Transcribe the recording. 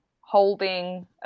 holding